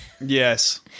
Yes